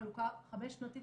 חלוקה חמש שנתית